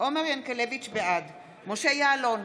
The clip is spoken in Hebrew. בעד משה יעלון,